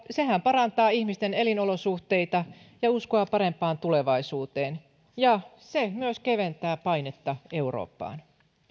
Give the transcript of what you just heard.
sehän parantaa ihmisten elinolosuhteita ja uskoa parempaan tulevaisuuteen ja se myös keventää painetta eurooppaan